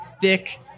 thick